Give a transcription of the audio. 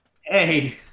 Hey